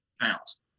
pounds